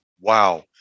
Wow